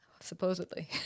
supposedly